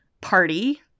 party